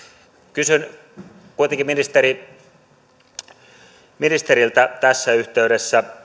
kysyn kuitenkin ministeri niinistöltä tässä yhteydessä